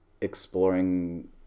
Exploring